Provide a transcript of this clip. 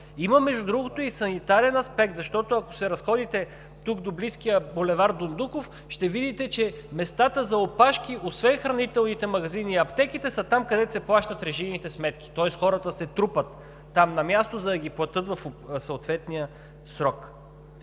Между другото, има и санитарен аспект, защото, ако се разходите тук, до близкия булевард „Дондуков“, ще видите, че местата за опашки, освен хранителните магазини и аптеките, са там, където се плащат режийните сметки. Тоест хората се трупат там на място, за да ги платят в съответния срок.